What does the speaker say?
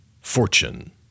fortune